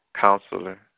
Counselor